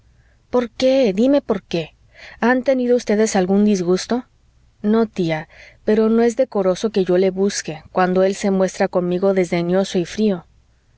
por qué dime por qué han tenido ustedes algún disgusto no tía pero no es decoroso que yo le busque cuando él se muestra conmigo desdeñoso y frío